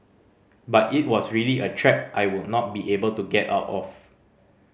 but it was really a trap I would not be able to get out of